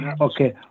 Okay